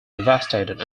devastated